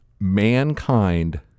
mankind